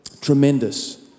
Tremendous